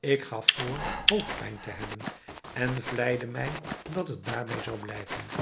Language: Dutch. ik gaf voor hoofdpijn te hebben en vleide mij dat het daarbij zou blijven